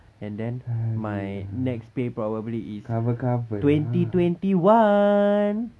and then my next pay probably is twenty twenty one